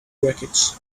wreckage